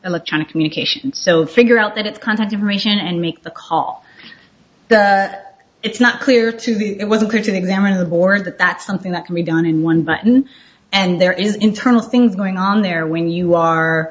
electronic communication so figure out that it's contact a region and make the call it's not clear to me it wasn't going to examine the board that that's something that can be done in one button and there is internal things going on there when you are